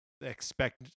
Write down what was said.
expect